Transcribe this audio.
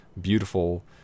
beautiful